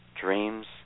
dreams